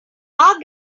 our